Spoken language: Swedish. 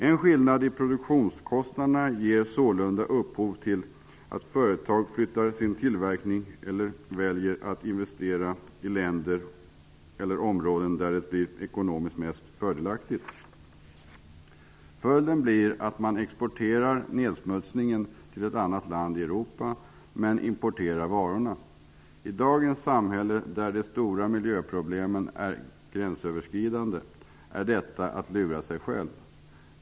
En skillnad i produktionskostnaderna ger sålunda upphov till att företag flyttar sin tillverkning eller väljer att investera i länder eller områden där det blir ekonomiskt mest fördelaktigt. Följden blir att man exporterar nedsmutsningen till ett annat land i Europa, men importerar varorna. I dagens samhälle, där de stora miljöproblemen är gränsöverskridande, är detta att lura sig själv.